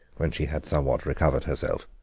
when she had somewhat recovered herself.